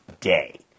day